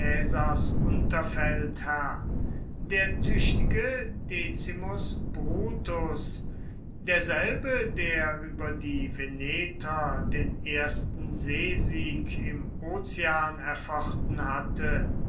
caesars unterfeldherr der tüchtige decimus brutus derselbe der über die veneter den ersten seesieg im ozean erfochten hatte